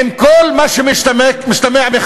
עם כל מה שמשתמע מכך.